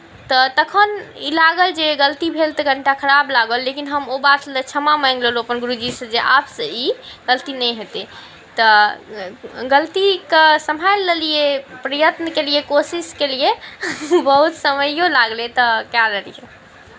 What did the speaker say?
तऽ तखन ई लागल जे गलती भेल तऽ कनिटा खराब लागल लेकिन हम ओ बात लेल क्षमा माँगि लेलहुँ अपन गुरूजीसँ जे आबसे ई गलती नहि हेतै तऽ ग़लतीकेँ सम्हारि लेलियै प्रयत्न केलियै कोशिश केलियै बहुत समैओ लागलै तऽ कय लेलियै